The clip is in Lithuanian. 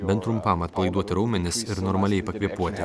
bent trumpam atpalaiduoti raumenis ir normaliai pakvėpuoti